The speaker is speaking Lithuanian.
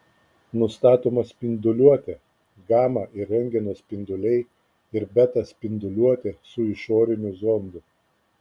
nustatoma spinduliuotė gama ir rentgeno spinduliai ir beta spinduliuotė su išoriniu zondu